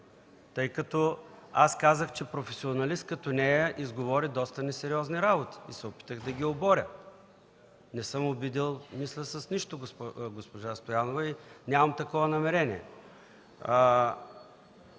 я обидих. Казах, че професионалист като нея изговори доста несериозни работи и се опитах да ги оборя. Не съм обидил, мисля, с нищо госпожа Стоянова и нямам такова намерение.